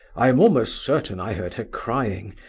i am almost certain i heard her crying,